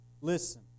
listen